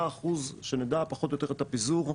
מה אחוז שנדע פחות או יותר את הפיזור,